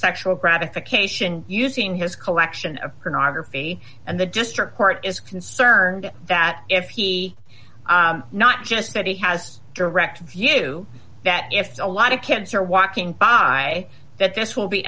sexual gratification using his collection of pornography and the district court is concerned that if he not just that he has a direct view that if a lot of kids are walking by that this will be